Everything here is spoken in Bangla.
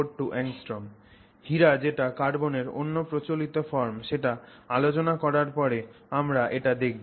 মনে রাখবে যে কার্বন কার্বন বন্ড লেংথ হল 142 angstroms হীরা যেটা কার্বনের অন্য প্রচলিত ফর্ম সেটা আলোচনা করার পরে আমরা এটা দেখবো